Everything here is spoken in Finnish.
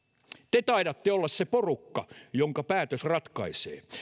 te taidatte olla se porukka jonka päätös ratkaisee